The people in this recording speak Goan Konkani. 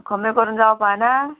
कमी करून जावपा ना